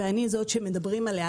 ואני זאת שמדברים עליה,